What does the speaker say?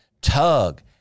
tug